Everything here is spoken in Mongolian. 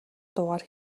дуугаар